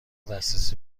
دسترسی